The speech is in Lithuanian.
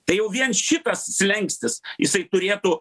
tai jau vien šitas slenkstis jisai turėtų